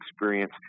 experience